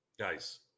Guys